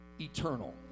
eternal